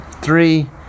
three